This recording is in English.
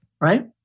Right